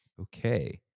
Okay